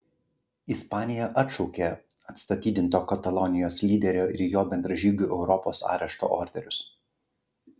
ispanija atšaukė atstatydinto katalonijos lyderio ir jo bendražygių europos arešto orderius